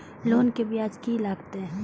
Loan के ब्याज की लागते?